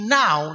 now